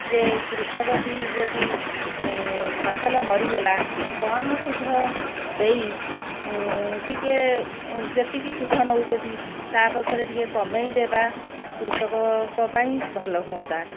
ଯେ କୃଷକଟି ଯଦି ଫସଲ ମରିଗଲା କମ୍ ସୁଧ ଦେଇ ଟିକିଏ ଯେତିକି ସୁଧ ନେଉଛନ୍ତି ତାପକ୍ଷରେ ଟିକିଏ କମାଇ ଦେବା କୃଷକଙ୍କ ପାଇଁ ଭଲହୁଅନ୍ତା